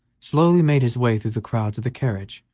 slowly made his way through the crowd to the carriage,